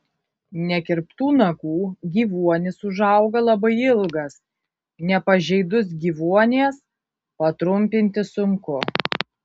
nekirptų nagų gyvuonis užauga labai ilgas nepažeidus gyvuonies patrumpinti sunku